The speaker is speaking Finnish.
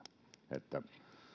että